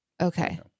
Okay